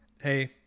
Hey